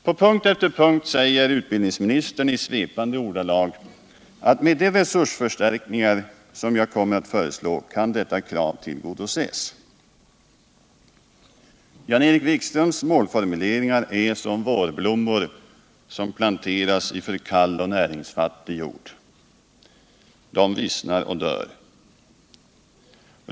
På punkt efter punkt säger utbildningsministern i svepande ordalag att med de resursförstärkningar som han kommer att föreslå kan detta krav tillgodoses. Jan-Erik Wikströms målformuleringar är som vårblommor som planteras i för kall och näringsfattig jord. De vissnar och dör.